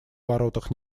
воротах